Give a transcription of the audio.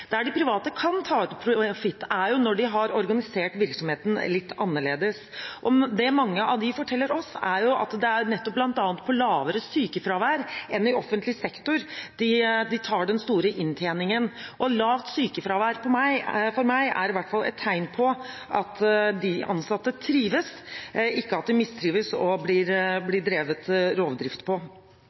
Der de private kan ta ut profitt, er når de har organisert virksomheten litt annerledes. Det mange av dem forteller oss, er at det bl.a. er på lavere sykefravær enn i offentlig sektor de tar den store inntjeningen. Lavt sykefravær er for meg et tegn på at de ansatte trives, ikke at de mistrives og blir drevet rovdrift på.